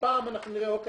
הפעם אנחנו נראה: אוקיי,